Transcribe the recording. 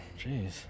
Jeez